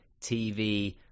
TV